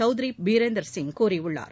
சௌத்ரி பிரேந்திர சிங் கூறியுள்ளார்